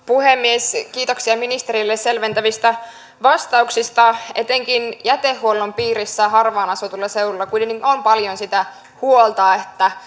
puhemies kiitoksia ministerille selventävistä vastauksista etenkin jätehuollon piirissä harvaan asutuilla seuduilla kuitenkin on paljon sitä huolta